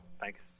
Thanks